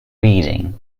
reading